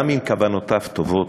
גם אם כוונותיו טובות,